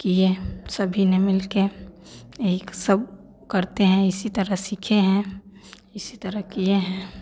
किए सभी ने मिल के यही का सब करते हैं इसी तरह सीखे हैं इसी तरह किए हैं